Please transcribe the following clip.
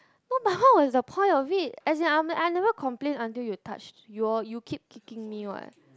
not but what was the point of it as in I I never complain until you touch your you keep kicking me what